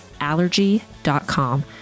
Allergy.com